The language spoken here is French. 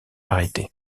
arrêté